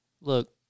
Look